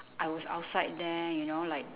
I was outside there you know like